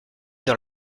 dans